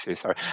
sorry